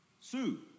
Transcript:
Sue